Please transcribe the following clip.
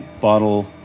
bottle